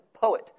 poet